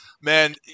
man